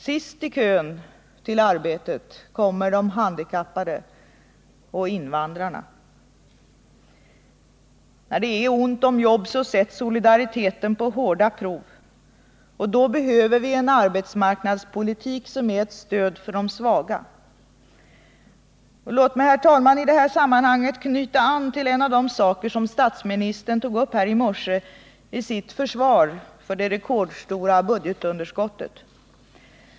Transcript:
Sist i kön till arbetet kommer de handikappade och invandrarna. När det är ont om jobb sätts solidariteten på hårda prov. Då behöver vi en arbetsmarknadspolitik som är ett stöd för de svaga. Låt mig i detta sammanhang knyta an till en av de saker statsministern tog upp här i morse i sitt försvar för det rekordstora budgetunderskottet.